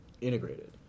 integrated